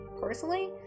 Personally